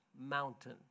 mountain